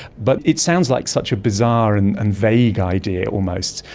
but it sounds like such a bizarre and and vague idea almost,